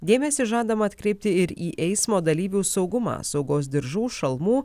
dėmesį žadama atkreipti ir į eismo dalyvių saugumą saugos diržų šalmų